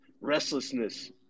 restlessness